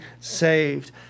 saved